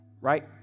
right